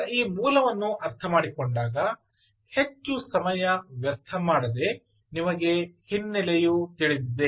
ಈಗ ಈ ಮೂಲವನ್ನು ಅರ್ಥಮಾಡಿಕೊಂಡಾಗ ಹೆಚ್ಚು ಸಮಯ ವ್ಯರ್ಥ ಮಾಡದೆ ನಿಮಗೆ ಹಿನ್ನೆಲೆಯು ತಿಳಿದಿದೆ